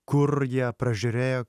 kur jie pražiūrėjo